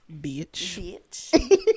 Bitch